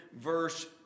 verse